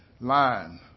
line